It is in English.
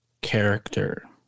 character